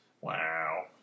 wow